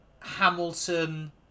Hamilton